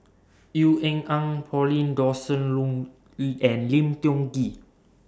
Ean Ang Pauline Dawn Sin Loh and Lim Tiong Ghee